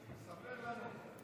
ספר לנו.